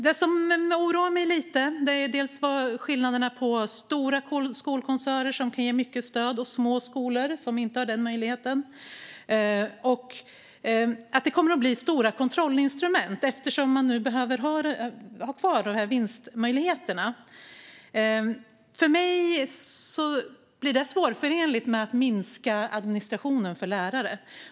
Det som oroar mig lite är skillnaderna mellan stora skolkoncerner som kan ge mycket stöd och små skolor som inte har den möjligheten. Det kommer att krävas stora kontrollinstrument eftersom man behöver ha kvar vinstmöjligheterna, och för mig blir det svårförenligt med arbetet med att minska administrationen för lärare.